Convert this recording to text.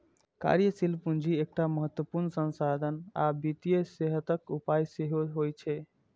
कार्यशील पूंजी एकटा महत्वपूर्ण संसाधन आ वित्तीय सेहतक उपाय सेहो होइ छै